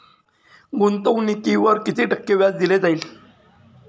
गुंतवणुकीवर किती टक्के व्याज दिले जाईल?